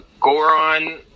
Goron